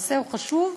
הנושא הוא חשוב,